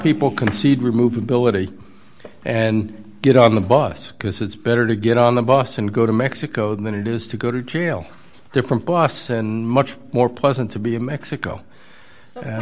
people concede remove ability and get on the bus because it's better to get on the bus and go to mexico than it is to go to jail different boss and much more pleasant to be in mexico and